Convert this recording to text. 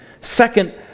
second